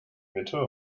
mitte